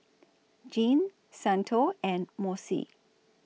Jeane Santo and Mossie